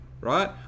right